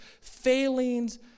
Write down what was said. failings